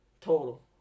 Total